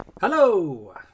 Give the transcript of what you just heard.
Hello